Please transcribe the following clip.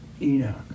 Enoch